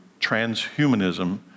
transhumanism